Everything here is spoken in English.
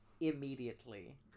immediately